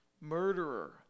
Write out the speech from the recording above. murderer